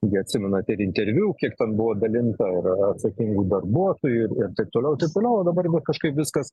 gi atsimenat ir interviu kiek ten buvo dalinta ir atsakingų darbuotojų ir taip toliau ir taip toliau o dabar kažkaip viskas